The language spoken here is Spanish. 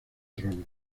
trono